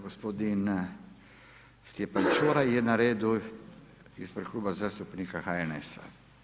Gospodin Stjepan Čuraj je na redu ispred Kluba zastupnika HNS-a.